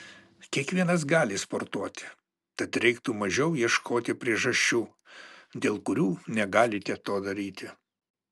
kiekvienas gali sportuoti tad reiktų mažiau ieškoti priežasčių dėl kurių negalite to daryti